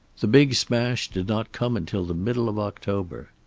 the big smash did not come until the middle of october.